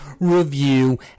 review